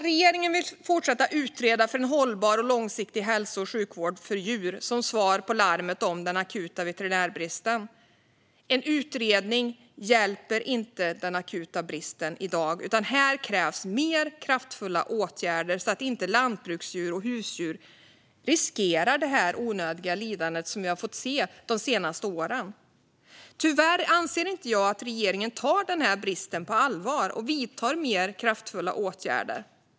Regeringen vill fortsätta utreda för en hållbar och långsiktig hälso och sjukvård för djur som svar på larmet om den akuta veterinärbristen. En utredning hjälper inte den akuta bristen i dag, utan här krävs mer kraftfulla åtgärder så att inte lantbruksdjur och husdjur riskerar det onödiga lidande som vi har fått se de senaste åren. Tyvärr anser inte jag att regeringen tar den här bristen på allvar och vidtar mer kraftfulla åtgärder.